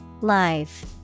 Live